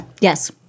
Yes